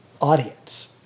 audience